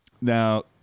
Now